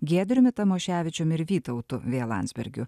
giedriumi tamoševičiumi ir vytautu v landsbergiu